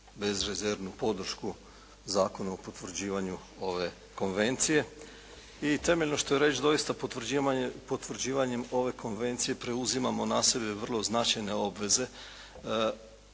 bezrezervnu podršku zakonu o potvrđivanju ove konvencije. I temeljno što je reći doista potvrđivanjem ove konvencije preuzimamo na sebe vrlo značajne obveze